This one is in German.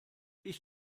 ich